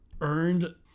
earned